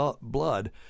blood